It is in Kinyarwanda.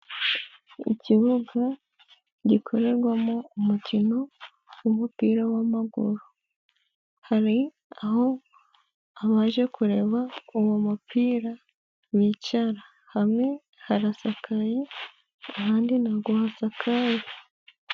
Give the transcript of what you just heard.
Ikibuga gikorerwamo umukino w'umupira w'amaguru hari aho abaje kureba uwo mupira bicara hamwe harasakaye ahandi nago hasakaye.